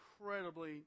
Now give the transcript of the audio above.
incredibly